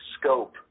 scope